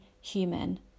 human